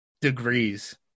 degrees